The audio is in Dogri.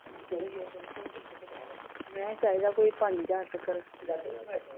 मैं चाहिदा कोई पंज ज्हार तकर